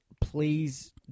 please